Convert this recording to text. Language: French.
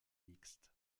mixte